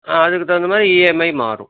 ஆ அதுக்கு தகுந்த மாதிரி இஎம்ஐ மாறும்